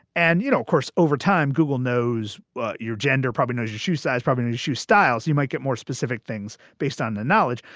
and, you know, of course, over time, google knows your gender, probably knows your shoe size, probably shoe styles. you might get more specific things based on the knowledge.